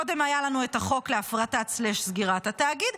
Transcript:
קודם היה לנו את החוק להפרטת/סגירת התאגיד.